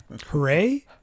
Hooray